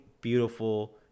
beautiful